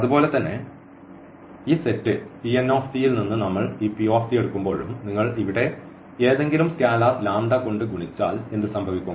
അതുപോലെ തന്നെ ഈ സെറ്റ് Pn ൽ നിന്ന് നമ്മൾ ഈ p എടുക്കുമ്പോഴും നിങ്ങൾ ഇവിടെ ഏതെങ്കിലും സ്കെയിലർ ലാംഡ കൊണ്ട് ഗുണിച്ചാൽ എന്ത് സംഭവിക്കും